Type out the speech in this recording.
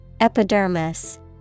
Epidermis